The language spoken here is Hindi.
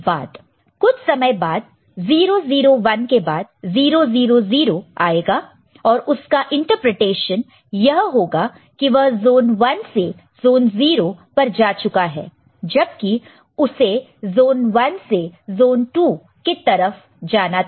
कुछ समय बाद 001 के बाद 000 आएगा और उसका इंटरप्रिटेशन यह होगा की वह ज़ोन 1 से ज़ोन 0 पर जा चुका है जबकि उसे ज़ोन 1 से ज़ोन 2 एक तरफ जाना था